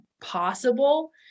possible